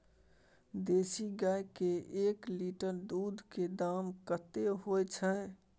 देसी गाय के एक लीटर दूध के दाम कतेक होय छै?